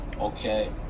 Okay